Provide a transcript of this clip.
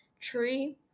tree